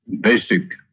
basic